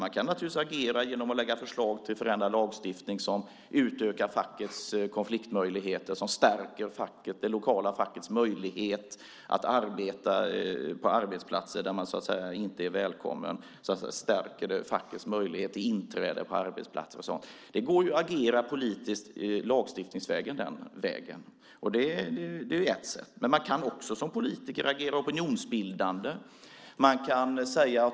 Man kan naturligtvis agera genom att lägga fram förslag till förändrad lagstiftning som utökar fackets konfliktmöjligheter, som stärker det lokala fackets möjlighet att arbeta på arbetsplatser där man inte är välkommen, stärker fackets möjlighet till inträde på arbetsplatser. Det går ju att agera politiskt lagstiftningsvägen. Det är ett sätt, men man kan också som politiker agera opinionsbildande.